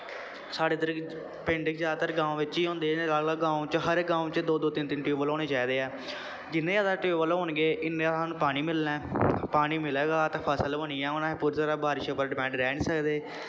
साढ़े इद्धर पिंड जादातर गांव बिच्च ई होंदे हर इक गांव च हर इक गांव च दो दो तिन्न तिन्न टयूबैल्ल होने चाहिदे ऐ जिन्ने जादा टयूबैल्ल होन गे इन्ना जादा सानूं पानी मिलना ऐ पानी मिलेगा ते फसल होनी ऐ हून असें पूरी तरह् बारिश उप्पर डिपैंड रैह् निं सकदे